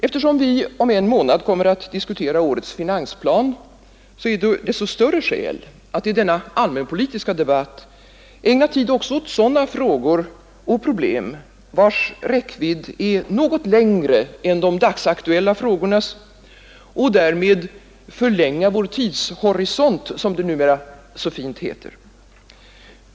Eftersom vi om en månad kommer att diskutera årets finansplan, är det desto större skäl att i denna allmänpolitiska debatt ägna tid också åt sådana frågor och problem, vilkas räckvidd är något längre än de dagsaktuella frågornas, och därmed förlänga vår tidshorisont, som det numera så fint heter.